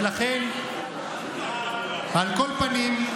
על כל פנים,